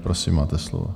Prosím, máte slovo.